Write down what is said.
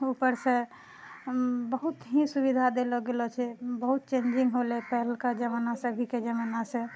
ऊपरसँ बहुत ही सुविधा देलो गेलो छै बहुत चेन्जिङ्ग होलो छै पहिलका जमाना से अभीके जमानासँ